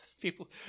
People